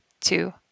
two